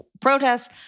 Protests